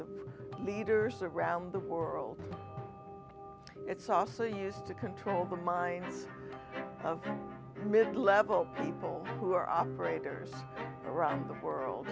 of leaders around the world it's often used to control the minds of mid level people who are operators around the world